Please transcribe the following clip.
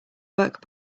work